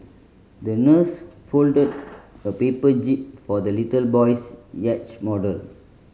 the nurse folded a paper jib for the little boy's yacht model